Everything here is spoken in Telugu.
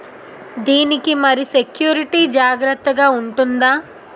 దీని కి మరి సెక్యూరిటీ జాగ్రత్తగా ఉంటుందా?